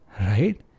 Right